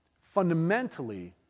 fundamentally